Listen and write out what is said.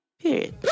Period